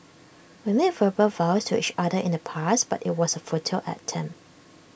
we made verbal vows to each other in the past but IT was A futile attempt